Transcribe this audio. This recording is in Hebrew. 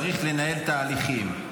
צריך לנהל תהליכים,